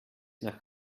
nach